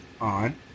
on